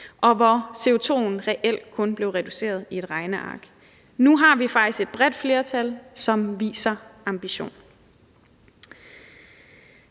hvor CO2'en reelt kun blev reduceret i et regneark. Nu har vi faktisk et bredt flertal, som viser ambition.